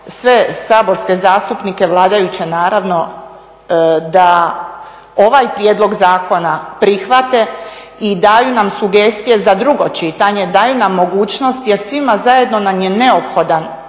sve saborske zastupnike vladajuće naravno da ovaj prijedlog zakona prihvate i daju nam sugestije za drugo čitanje, daju nam mogućnost jer svima zajedno nam je neophodan